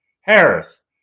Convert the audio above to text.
Harris